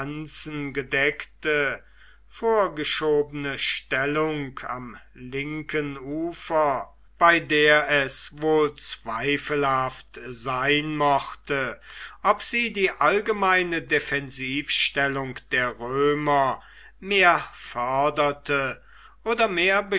vorgeschobene stellung am linken ufer bei der es wohl zweifelhaft sein mochte ob sie die allgemeine defensivstellung der römer mehr förderte oder mehr